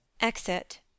exit